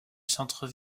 centre